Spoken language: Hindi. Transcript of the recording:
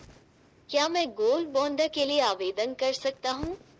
क्या मैं गोल्ड बॉन्ड के लिए आवेदन कर सकता हूं?